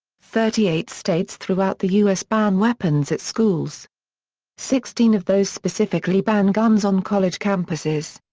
thirty-eight states throughout the u s. ban weapons at schools sixteen of those specifically ban guns on college campuses.